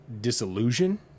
disillusion